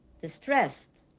distressed